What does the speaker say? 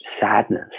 sadness